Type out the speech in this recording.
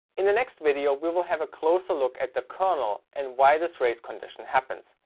in the next video we will have a closer look at the kernel and why this race condition happens.